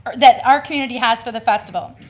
that our community has for the festival.